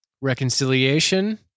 reconciliation